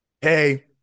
Hey